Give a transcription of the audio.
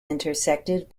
intersected